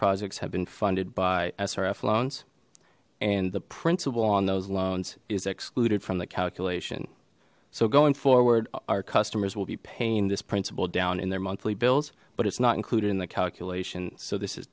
projects have been funded by srf loans and the principal on those loans is excluded from the calculation so going forward our customers will be paying this principle down in their monthly bills but it's not included in the calculation so this is